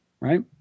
right